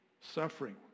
suffering